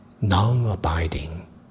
non-abiding